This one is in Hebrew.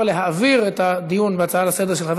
להעביר את הדיון בהצעה לסדר-היום של חבר